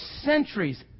centuries